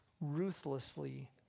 ruthlessly